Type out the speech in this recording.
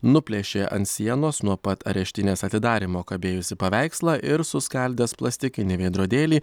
nuplėšė ant sienos nuo pat areštinės atidarymo kabėjusį paveikslą ir suskaldęs plastikinį veidrodėlį